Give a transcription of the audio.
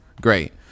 Great